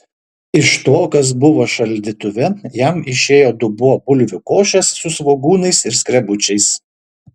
iš to kas buvo šaldytuve jam išėjo dubuo bulvių košės su svogūnais ir skrebučiais